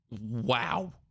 wow